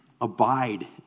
abide